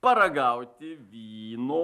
paragauti vyno